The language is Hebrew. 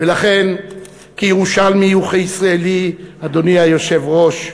ולכן, כירושלמי וכישראלי, אדוני היושב-ראש,